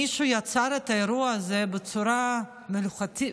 מישהו יצר את האירוע הזה בצורה מלאכותית,